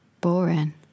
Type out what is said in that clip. Boring